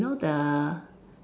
you know the